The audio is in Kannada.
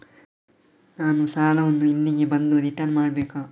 ನಾನು ಸಾಲವನ್ನು ಇಲ್ಲಿಗೆ ಬಂದು ರಿಟರ್ನ್ ಮಾಡ್ಬೇಕಾ?